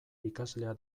ikaslea